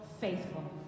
faithful